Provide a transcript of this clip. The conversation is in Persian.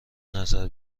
نظر